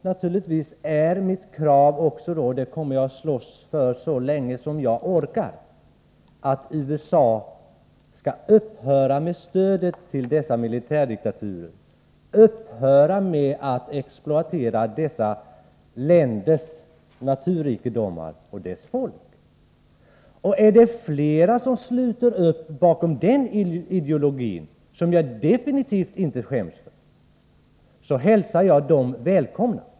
Naturligtvis är mitt krav också att — och det kommer jag att slåss för så länge jag orkar — USA skall upphöra med stödet till dessa militärdiktaturer, upphöra med att exploatera dessa länders naturrikedomar och folk. Och om det är fler som sluter upp bakom den ideologin, som jag definitivt inte skäms för, hälsar jag dem välkomna.